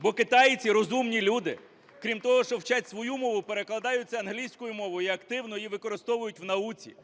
бо китайці розумні люди. Крім того, що вчать свою мову, перекладаютьцеанглійською мовою і активно її використовують в науці.